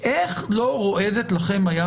איך לא רועדת לכם היד,